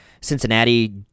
Cincinnati